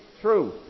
True